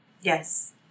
Yes